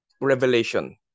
revelation